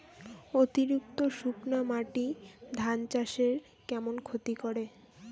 অতিরিক্ত শুকনা মাটি ধান চাষের কেমন ক্ষতি করে?